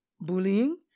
bullying